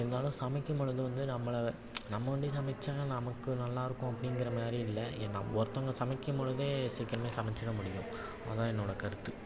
இருந்தாலும் சமைக்கும் பொழுது வந்து நம்மளை நம்ம ஒண்டி சமைச்சா நமக்கு நல்லாயிருக்கும் அப்படிங்கிற மாதிரி இல்லை ஏ நாம் ஒருத்தங்க சமைக்கும் பொழுதே சீக்கிரமே சமைச்சிட முடியும் அதுதான் என்னோடய கருத்து